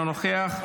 אינו נוכח.